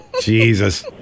Jesus